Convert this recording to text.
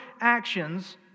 actions